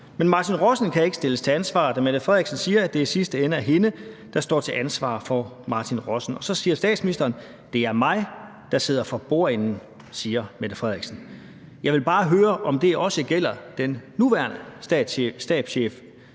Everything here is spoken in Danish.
Men Martin Rossen kan ikke stilles til ansvar, da Mette Frederiksen siger, at det i sidste ende er hende, der står til ansvar for Martin Rossen. – Det er mig, der sidder for bordenden, siger Mette Frederiksen.« Jeg vil bare høre, om det også gælder den nuværende stabschef,